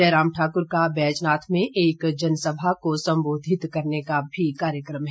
जयराम ठाकुर बैजनाथ में एक जनसभा को संबोधित करने का भी कार्यक्रम है